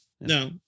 No